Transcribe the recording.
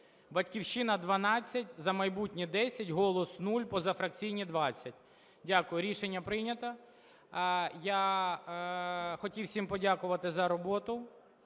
"Батьківщина" – 12, "За майбутнє" – 10, "Голос" – 0, позафракційні – 20. Дякую. Рішення прийнято. Я хотів всім подякувати за роботу.